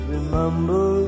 Remember